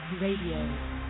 Radio